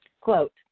quote